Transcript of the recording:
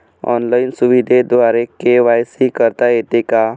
Online सुविधेद्वारे KYC करता येते का?